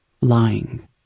lying